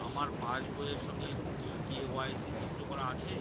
আমার পাসবই এর সঙ্গে কি কে.ওয়াই.সি যুক্ত করা আছে?